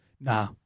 Nah